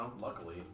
luckily